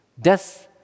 death